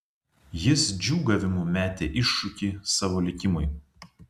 jis džiūgavimu metė iššūkį savo likimui